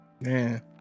man